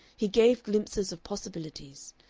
he gave glimpses of possibilities.